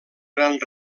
gran